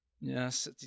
yes